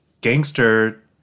gangster